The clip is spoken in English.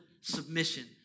submission